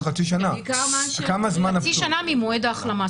חצי שנה ממועד ההחלמה,